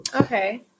Okay